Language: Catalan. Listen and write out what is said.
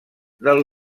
del